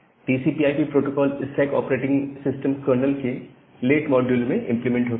TCP IP protocol stack operating system kernel के लेट module में इंप्लीमेंट होता है